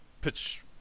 pitch